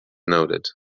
noted